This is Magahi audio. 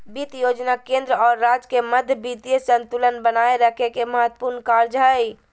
वित्त योजना केंद्र और राज्य के मध्य वित्तीय संतुलन बनाए रखे के महत्त्वपूर्ण कार्य हइ